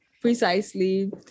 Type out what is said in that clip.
Precisely